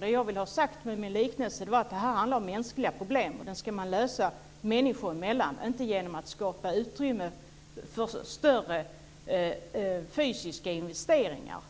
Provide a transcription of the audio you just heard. Det jag ville ha sagt med min liknelse var att det handlar om mänskliga problem, och dem ska man lösa människor emellan och inte genom att skapa utrymme för större fysiska investeringar.